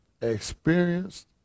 experienced